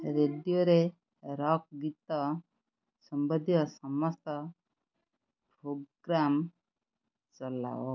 ରେଡ଼ିଓରେ ରକ୍ ଗୀତ ସମ୍ବନ୍ଧୀୟ ସମସ୍ତ ପ୍ରୋଗ୍ରାମ୍ ଚଲାଅ